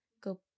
go